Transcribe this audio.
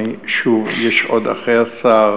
שוב, יש אחרי השר